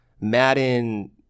Madden